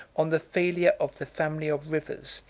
on the failure of the family of rivers,